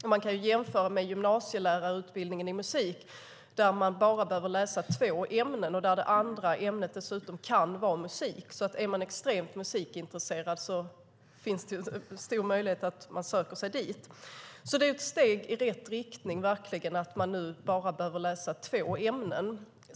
Vi kan jämföra med gymnasielärarutbildningen i musik, där man behöver läsa bara två ämnen och där det andra ämnet dessutom kan vara musik. Möjligheten är stor att den som är extremt musikintresserad söker sig dit. Det är verkligen ett steg i rätt riktning att man nu behöver läsa bara två ämnen.